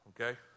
okay